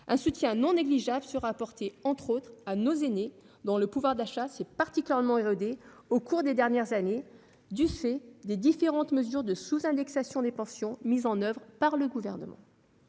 un soutien non négligeable sera apporté notamment à nos aînés, dont le pouvoir d'achat s'est particulièrement érodé au cours des dernières années, du fait des différentes mesures de sous-indexation des pensions mises en oeuvre par le Gouvernement.